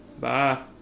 Bye